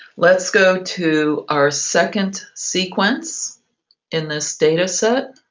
let's go to our second sequence in this data set.